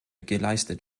geleistet